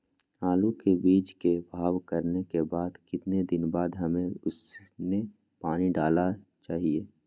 आलू के बीज के भाव करने के बाद कितने दिन बाद हमें उसने पानी डाला चाहिए?